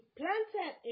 planted